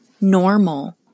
normal